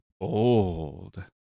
old